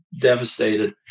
devastated